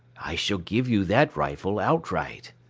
i shall give you that rifle outright.